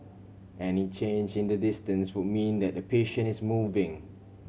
any change in the distance would mean that the patient is moving